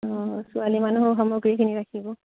অঁ ছোৱালী মানুহৰ সামগ্ৰীখিনি ৰাখিব